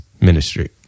ministry